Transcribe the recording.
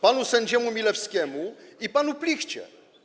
Panu sędziemu Milewskiemu i panu Plichcie.